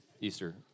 Easter